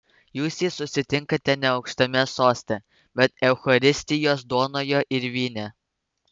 jūs jį susitinkate ne aukštame soste bet eucharistijos duonoje ir vyne